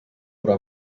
però